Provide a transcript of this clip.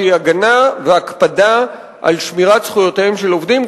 שהיא הגנה והקפדה על שמירת זכויותיהם של עובדים,